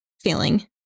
feeling